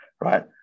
right